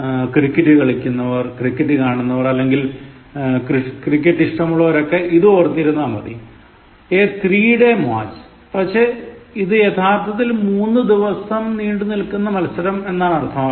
cricket കളിക്കുന്നവർ cricket കാണുന്നവർ അല്ലെങ്കിൽ ക്രിക്കറ്റ് ഇഷ്ടമുള്ളവർ ഇതോർത്തിരുന്നാൽ മതി a three day match പക്ഷേ ഇത് യഥാർഥത്തിൽ മൂന്നു ദിവസം നീണ്ടു നിൽക്കുന്ന മത്സരം എന്നാണ് അർത്ഥമാക്കുന്നത്